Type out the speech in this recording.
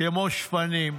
כמו שפנים,